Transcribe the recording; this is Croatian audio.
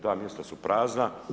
Ta mjesta su prazna.